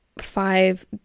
five